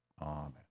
Amen